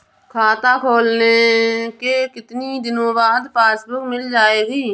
खाता खोलने के कितनी दिनो बाद पासबुक मिल जाएगी?